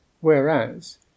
whereas